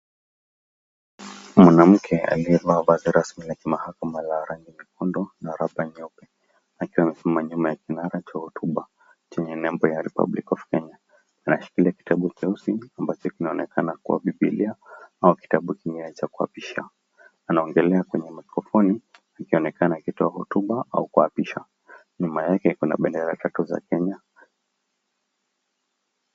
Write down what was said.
Mwanamke aliyevaa vazi rasmi la kimahakama la rangi nyeusi na raba nyeupe, akiwa amesimama nyuma ya kinara cha hotuba chenye nembo ya Republic of Kenya . Anashikilia kitabu cheusi ambacho kinaonekana kuwa Bibilia au kitabu kingine cha kuapisha. Anaongelea kwenye maikrofoni, akionekana akitoa hotuba au kuapisha. Nyuma yake kuna bendera tatu za Kenya.